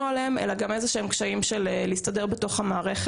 עליהם אלא הם קשיים של להסתדר גם בתוך המערכת,